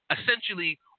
Essentially